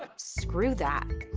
screw that.